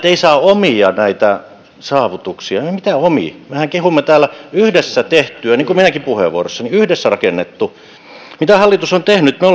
ei saa omia näitä saavutuksia emme me mitään omi mehän kehumme täällä yhdessä tehtyä niin kuin minäkin puheenvuorossani yhdessä rakennettua mitä hallitus on tehnyt me